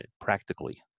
practically